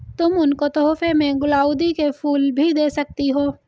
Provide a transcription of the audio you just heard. तुम उनको तोहफे में गुलाउदी के फूल भी दे सकती हो